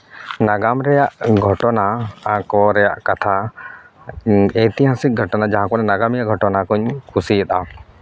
ᱱᱟᱜᱟᱢ ᱨᱮᱭᱟᱜ ᱜᱷᱚᱴᱚᱱᱟ ᱠᱚ ᱨᱮᱭᱟᱜ ᱠᱟᱛᱷᱟ ᱚᱭᱛᱤᱦᱟᱹᱥᱤᱠ ᱜᱷᱚᱴᱚᱱᱟ ᱡᱟᱦᱟᱸ ᱠᱚᱫᱚ ᱱᱟᱜᱟᱢᱤᱭᱟᱹ ᱠᱚᱧ ᱠᱩᱥᱤᱭᱟᱫᱟ